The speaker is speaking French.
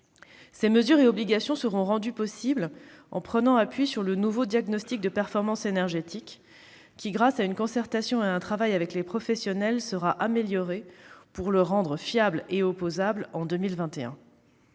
Ces mesures et obligations seront rendues possibles en prenant appui sur le nouveau diagnostic de performance énergétique (DPE) qui, grâce à une concertation et un travail avec les professionnels, sera amélioré pour le rendre fiable et opposable en 2021.